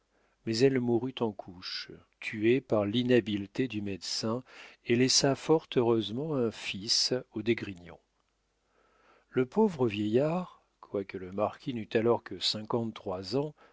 mais elle mourut en couches tuée par l'inhabileté du médecin et laissa fort heureusement un fils aux d'esgrignon le pauvre vieillard quoique le marquis n'eût alors que cinquante-trois ans